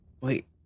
Wait